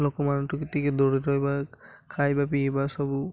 ଲୋକମାନ ଠୁ ଟିକେ ଦୂରରେ ରହିବା ଖାଇବା ପିଇବା ସବୁ